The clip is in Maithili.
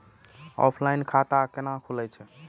ऑफलाइन खाता कैना खुलै छै?